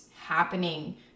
happening